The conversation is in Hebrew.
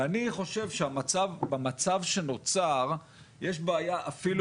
ואני חושב שבמצב שנוצר יש בעיה אפילו